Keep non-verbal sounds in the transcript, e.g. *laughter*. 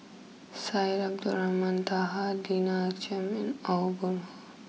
Syed Abdulrahman Taha Lina *hesitation* Chiam and Aw Boon Haw